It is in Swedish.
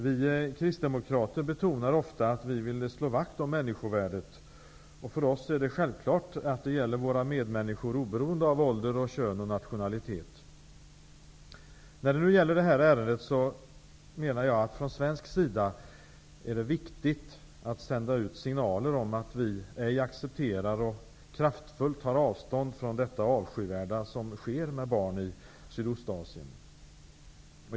Vi Kristdemokrater betonar ofta att vi vill slå vakt om människovärdet. För oss är det självklart att det gäller våra medmänniskor oberoende av ålder, kön och nationalitet. I det här ärendet menar jag att det är viktigt att från svensk sida sända ut signaler om att vi ej accepterar utan kraftfullt tar avstånd från detta avskyvärda som sker med barn.